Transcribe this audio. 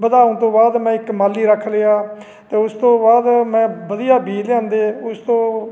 ਵਧਾਉਣ ਤੋਂ ਬਾਅਦ ਮੈਂ ਇੱਕ ਮਾਲੀ ਰੱਖ ਲਿਆ ਅਤੇ ਉਸ ਤੋਂ ਬਾਅਦ ਮੈਂ ਵਧੀਆ ਬੀਅ ਲਿਆਂਦੇ ਉਸ ਤੋਂ